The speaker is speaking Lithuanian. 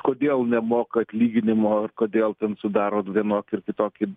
kodėl nemoka atlyginimo kodėl ten sudaro dvenokį ir kitokį